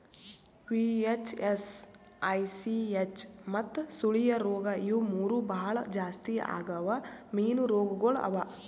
VHS, ICH ಮತ್ತ ಸುಳಿಯ ರೋಗ ಇವು ಮೂರು ಭಾಳ ಜಾಸ್ತಿ ಆಗವ್ ಮೀನು ರೋಗಗೊಳ್ ಅವಾ